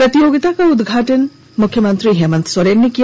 प्रतियोगिता का उद्घाटन मुख्यमंत्री हेमंत सोरेन ने किया